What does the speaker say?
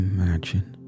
Imagine